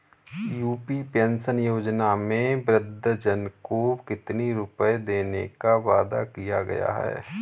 UP pension योजना में वृद्धजन को कितनी रूपये देने का वादा किया गया है?